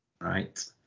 right